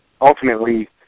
Ultimately